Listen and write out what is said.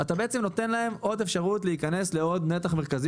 אבל אתה בעצם נותן להם עוד אפשרות להיכנס לעוד נתח מרכזי